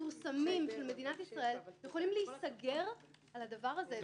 מפורסמים של מדינת ישראל יכולים להיסגר על זה.